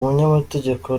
umunyamategeko